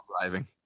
driving